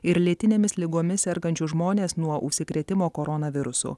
ir lėtinėmis ligomis sergančius žmones nuo užsikrėtimo koronavirusu